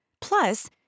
Plus